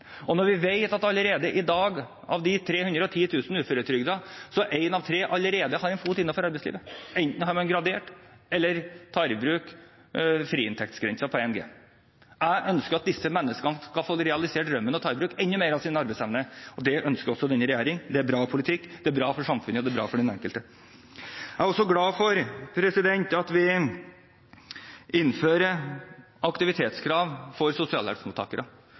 Vi vet at i dag har allerede én av tre av de 310 000 uføretrygdede en fot innenfor i arbeidslivet. Enten har man gradert uførepensjon, eller man tar i bruk friinntektsgrensen på 1G. Jeg ønsker at disse menneskene skal få realisert drømmen og ta i bruk enda mer av sin arbeidsevne, og det ønsker også denne regjeringen. Det er bra politikk, det er bra for samfunnet, og det er bra for den enkelte. Jeg er også glad for at vi innfører aktivitetskrav for sosialhjelpsmottakere.